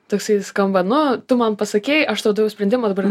toksai skamba nu tu man pasakei aš tau daviau sprendimą dabar